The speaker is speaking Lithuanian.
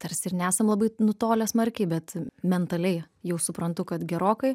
tarsi ir nesam labai nutolę smarkiai bet mentaliai jau suprantu kad gerokai